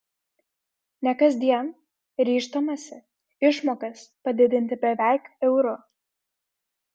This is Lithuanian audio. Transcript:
ne kasdien ryžtamasi išmokas padidinti beveik euru